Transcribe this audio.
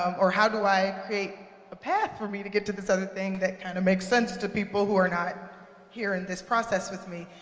or, how do i create a path for me to get to this other thing that kinda makes sense to people who are not here in this process with me?